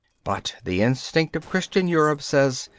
but the instinct of christian europe says,